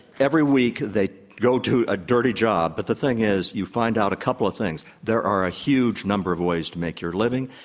every week they go to a dirty job but the thing is you find out a couple of things, there are a huge number of ways to make your living.